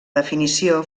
definició